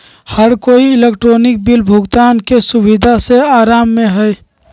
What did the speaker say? हर कोई electronic bill भुगतान के सुविधा से आराम में हई